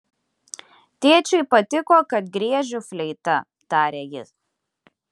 tėčiui patiko kad griežiu fleita tarė ji